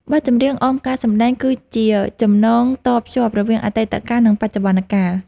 បទចម្រៀងអមការសម្ដែងគឺជាចំណងតភ្ជាប់រវាងអតីតកាល និងបច្ចុប្បន្នកាល។